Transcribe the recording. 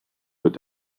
wird